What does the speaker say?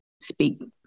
speak